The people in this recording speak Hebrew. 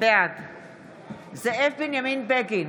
בעד זאב בנימין בגין,